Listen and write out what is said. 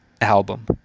album